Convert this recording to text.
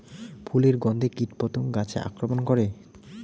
ফুলের গণ্ধে কীটপতঙ্গ গাছে আক্রমণ করে?